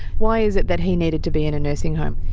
why is it that he needed to be in a nursing home?